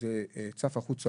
זה צף החוצה,